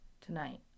tonight